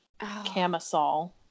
camisole